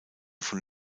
von